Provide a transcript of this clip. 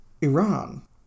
Iran